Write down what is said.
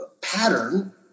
pattern